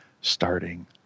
starting